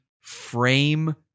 frame